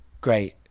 great